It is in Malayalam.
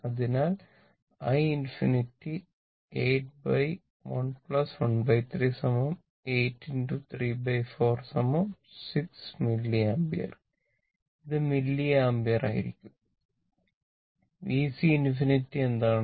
അതിനാൽ i ∞ 81⅓ 8¾ 6 mA ഇത് മില്ലിയംപിയർ ആയിരിക്കും VC ∞ എന്താണ്